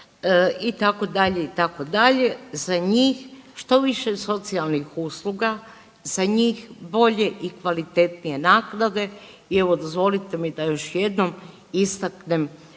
dugotrajno itd., itd., za njih što više socijalnih usluga, za njih bolje i kvalitetnije naknade. I evo dozvolite mi da još jednom istaknem